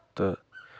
تہٕ